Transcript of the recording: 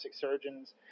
surgeons